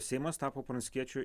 seimas tapo pranckiečio